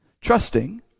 trusting